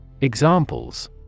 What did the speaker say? Examples